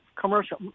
commercial